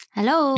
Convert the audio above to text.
Hello